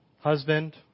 Husband